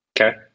Okay